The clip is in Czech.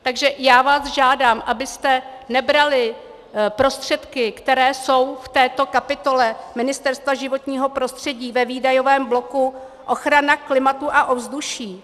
Takže já vás žádám, abyste nebrali prostředky, které jsou v této kapitole Ministerstva životního prostředí ve výdajovém bloku ochrana klimatu a ovzduší.